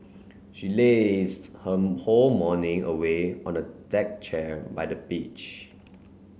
she lazed her whole morning away on a deck chair by the beach